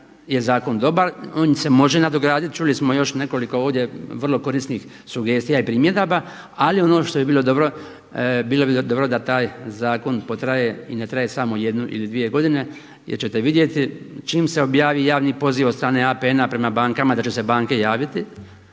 je zakon dobar, on se može nadograditi, čuli smo još nekoliko ovdje vrlo korisnik sugestija i primjedaba ali ono što bi bilo dobro, bilo bi dobro da taj zakon potraje i ne traje samo jednu ili dvije godine jer ćete vidjeti čim se objavi javni poziv od strane APN-a prema bankama da će se banke javiti.